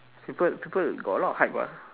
people people got a lot of hype ah